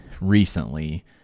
recently